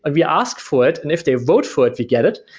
ah we asked for it. and if they vote for it to get it.